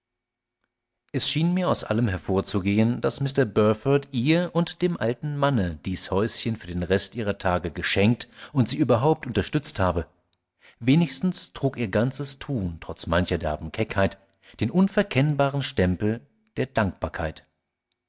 es schien mir aus allem hervorzugehen daß mr burford ihr und dem alten manne dies häuschen für den rest ihrer tage geschenkt und sie überhaupt unterstützt habe wenigstens trug ihr ganzes tun trotz mancher derben keckheit den unverkennbaren stempel der dankbarkeit